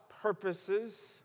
purposes